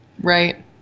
Right